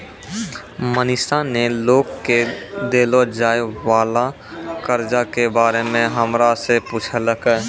मनीषा ने लोग के देलो जाय वला कर्जा के बारे मे हमरा से पुछलकै